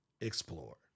explore